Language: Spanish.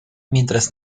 mientras